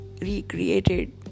recreated